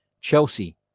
Chelsea